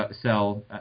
sell